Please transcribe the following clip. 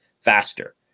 faster